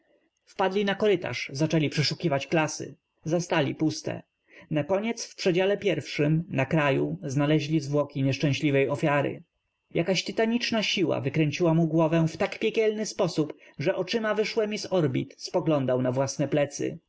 padli na korytarz zaczęli przeszukiw ać klasy zastali puste nakoniec w przedziale pierw szym na kraju znaleźli zwłoki nieszczęśliwej ofiary jak aś tytaniczna siła w ykręciła mu głow ę w tak piekielny sp o sób że oczym a wyszłemi z o rb it spoglądał na w łasne plecy